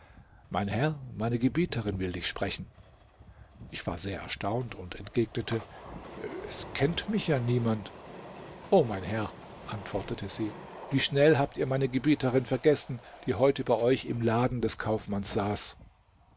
mein herr meine gebieterin will dich sprechen ich war sehr erstaunt und entgegnete es kennt mich ja niemand o mein herr antwortete sie wie schnell habt ihr meine gebieterin vergessen die heute bei euch im laden des kaufmanns saß